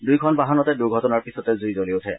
দূয়োখন বাহনতে দুৰ্ঘটনাৰ পিছতে জুই জলি উঠে